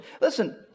Listen